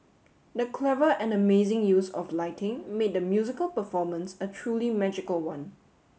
the clever and amazing use of lighting made the musical performance a truly magical one